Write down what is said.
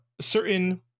certain